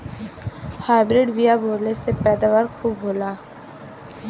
hybrid बिया बोवले से पैदावार खूब होला